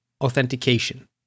authentication